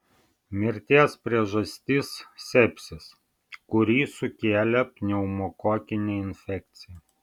mirties priežastis sepsis kurį sukėlė pneumokokinė infekcija